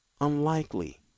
unlikely